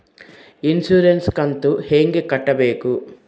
Insurance ಕಂತು ಹೆಂಗ ಕಟ್ಟಬೇಕು?